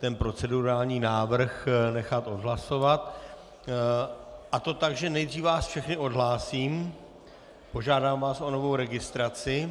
ten procedurální návrh nechat odhlasovat, a to tak, že nejdřív vás všechny odhlásím, požádám vás o novou registraci.